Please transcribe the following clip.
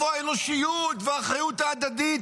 איפה האנושיות והאחריות ההדדית?